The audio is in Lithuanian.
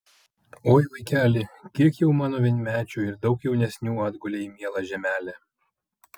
oi vaikeli kiek jau mano vienmečių ir daug jaunesnių atgulė į mielą žemelę